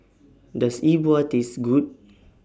Does E Bua Taste Good